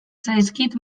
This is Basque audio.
zaizkit